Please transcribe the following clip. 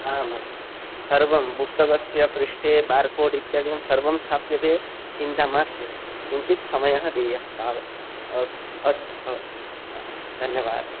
आमां सर्वं पुस्तकस्य पृष्ठे बार्कोड् इत्यादिकं सर्वं स्थाप्यते चिन्ता मास्तु किञ्चित् समयः देयः तावदेव ओके अस्तु ओके हा धन्यवादः